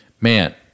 man